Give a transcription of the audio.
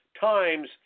times